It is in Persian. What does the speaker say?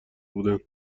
بودن